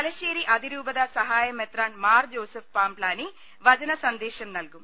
തല ശ്ശേരി അതിരൂപത സഹായ മെത്രാൻ മാർ ജോസഫ് പാംപ്പാനി വചന സന്ദേശം നൽകും